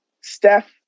Steph